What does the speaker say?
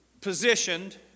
positioned